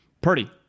Purdy